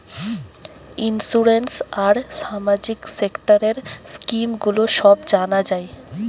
insurance আর সামাজিক সেক্টরের স্কিম গুলো সব জানা যায়